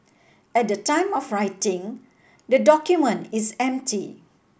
at the time of writing the document is empty